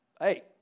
Hey